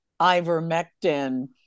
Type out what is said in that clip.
ivermectin